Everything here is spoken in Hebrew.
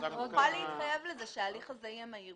הוא יכול להתחייב לזה שההליך יהיה מהיר,